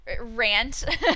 rant